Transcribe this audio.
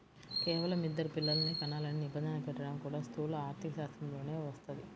కేవలం ఇద్దరు పిల్లలనే కనాలనే నిబంధన పెట్టడం కూడా స్థూల ఆర్థికశాస్త్రంలోకే వస్తది